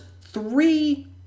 three